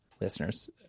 listeners